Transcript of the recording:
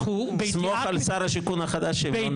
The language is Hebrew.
סמוך על שר השיכון החדש שהם לא נעלמו.